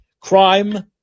Crime